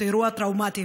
את האירוע הטראומטי,